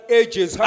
ages